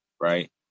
right